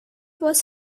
was